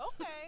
Okay